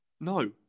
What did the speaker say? No